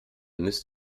müsst